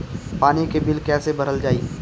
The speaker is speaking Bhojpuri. पानी के बिल कैसे भरल जाइ?